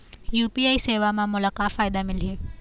UPI सेवा म मोला का फायदा मिलही?